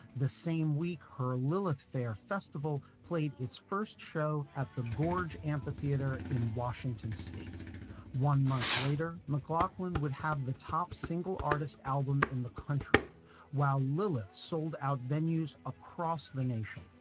the same week, her lilith fair festival played its first show at the gorge amphitheater in washington state one month later. mcglocklin would have the top single artist album in the country while lilith's sold out venues across the nation.